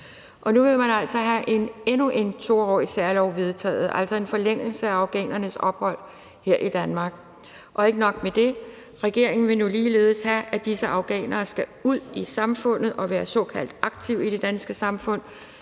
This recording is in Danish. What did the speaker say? og nu vil man altså have endnu en 2-årig særlov vedtaget, altså en forlængelse af afghanernes ophold her i Danmark. Ikke nok med det vil regeringen nu ligeledes have, at disse afghanere skal ud i samfundet og være såkaldt aktive i det danske samfund,